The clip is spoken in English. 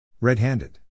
Red-handed